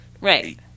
Right